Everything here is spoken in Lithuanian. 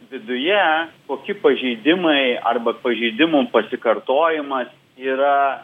viduje koki pažeidimai arba pažeidimų pasikartojimas yra